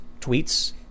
tweets